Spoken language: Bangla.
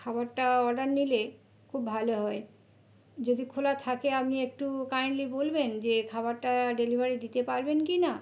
খাবারটা অর্ডার নিলে খুব ভালো হয় যদি খোলা থাকে আপনি একটু কাইণ্ডলি বলবেন যে খাবারটা ডেলিভারি দিতে পারবেন কিনা